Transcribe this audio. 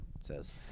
Says